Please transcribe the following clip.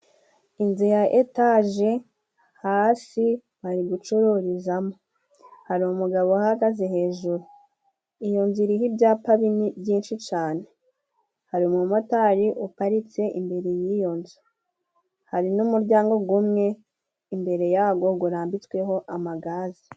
Inzu ya etaje hasi bari gucururizamo. Hari umugabo uhagaze hejuru. Iyo nzu iriho ibyapa binini byinshi cane. Hari umumotari uparitse imbere y'iyo nzu. Hari n'umuryango gumwe imbere yago gurambitsweho amagaze.